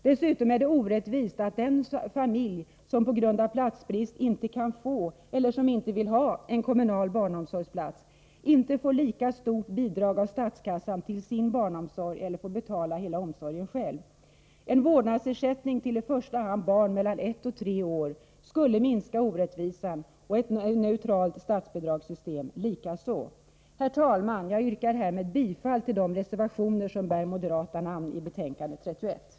Dessutom är det orättvist att den familj som på grund av platsbrist inte kan få eller som inte vill ha en kommunal barnomsorgsplats inte får ett lika stort bidrag av statskassan till sin barnomsorg eller får betala hela omsorgen själv. En vårdnadsersättning till i första hand barn mellan ett och tre år skulle minska orättvisan. Ett neutralt statsbidragssystem likaså. Herr talman! Jag yrkar härmed bifall till de reservationer i betänkande 31 som bär moderata namn.